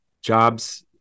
jobs